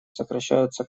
сокращаются